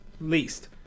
Least